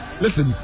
Listen